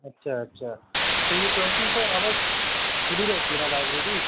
اچھا اچھا تو یہ ٹوئنٹی فور آورس کھلی رہتی ہے نا لائبریری